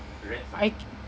I